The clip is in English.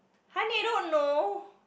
honey I don't know